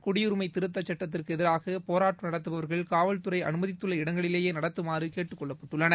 குடியுரிமை திருத்த சட்டத்திற்கு எதிராக போராட்டம் நடத்தபவர்கள் காவல்துறை அனுமதித்துள்ள இடங்களிலேயே நடத்துமாறு கேட்டுக் கொள்ளப்பட்டுள்ளனர்